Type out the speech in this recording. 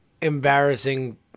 embarrassing